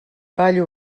ballo